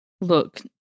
Look